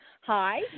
Hi